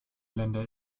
länder